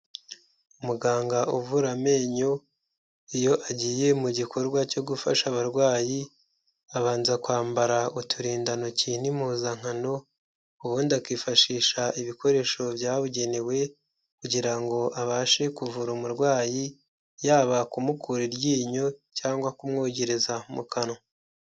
Umuganga uvura amenyo iyo agiye mu gikorwa cyo gufasha abarwayi abanza kwambara uturindantoki n'impuzankano, ubundi akifashisha ibikoresho byabugenewe kugira ngo abashe kuvura umurwayi yaba kumukura iryinyo cyangwa kumwogereza mu kanwa.